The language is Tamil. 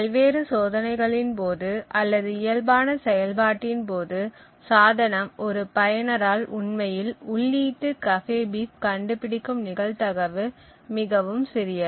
பல்வேறு சோதனைகளின் போது அல்லது இயல்பான செயல்பாட்டின் போது சாதனம் ஒரு பயனரால் உண்மையில் உள்ளீட்டு cafebeef கண்டுபிடிக்கும் நிகழ்தகவு மிகவும் சிறியது